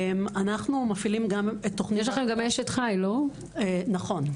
יש לכם גם אשת חיל, נכון?